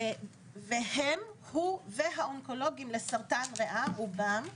והוא עם האונקולוגים לסרטן ריאה רובם,